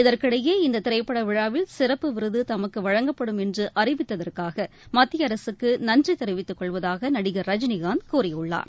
இதற்கிடையே இந்த திரைப்பட விழாவில் சிறப்பு விருது தமக்கு வழங்கப்படும் என்று அறிவித்ததற்காக மத்திய அரசுக்கு நன்றி தெரிவித்துக்கொள்வதாக நடிகர் ரஜினிகாந்த் கூறியுள்ளார்